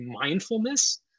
mindfulness